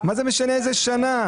מה זה משנה איזה שנה?